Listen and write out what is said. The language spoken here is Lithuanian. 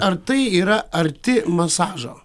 ar tai yra arti masažo